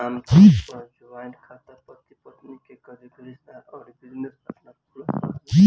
आमतौर पअ जॉइंट खाता पति पत्नी, करीबी रिश्तेदार अउरी बिजनेस पार्टनर खोलत बाने